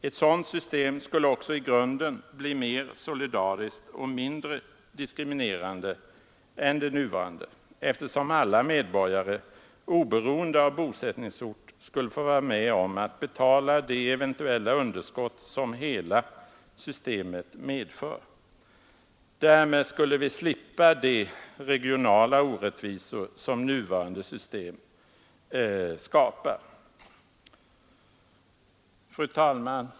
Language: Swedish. Ett sådant system skulle också i grunden bli mer solidariskt och mindre diskriminerande än det nuvarande, eftersom alla medborgare oberoende av bosättningsort skulle vara med om att betala det eventuella underskott som hela systemet medför. Därmed skulle vi slippa de regionala orättvisor som det nuvarande systemet skapar. Fru talman!